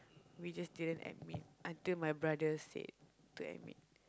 we just didn't admit until my brother said to admit